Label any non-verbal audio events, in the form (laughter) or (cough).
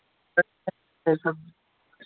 (unintelligible)